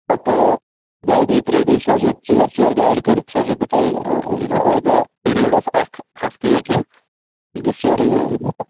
پَتہٕ دۄیہِ دۄہہِ ترٛیٚیہِ دۄہہِ سوزو ژور ژور گاڑِ کٔرِتھ سوزو بہٕ تۄہہِ یہِ نا اوٚر دۄہ پیٖرِیڈ آف اکھ ہفتہٕ یا کیٚنٛہہ یہِ گژھِ سورُے یہِ نہ